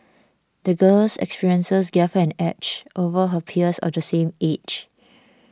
the girl's experiences gave her an edge over her peers of the same age